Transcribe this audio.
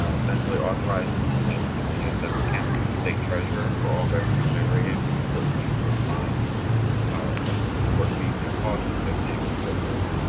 essentially authorizes the maintenance of an asf account for the state treasurer for all revenue generated from court fees and fines or court fees and costs associated with court rules.